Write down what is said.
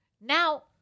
Now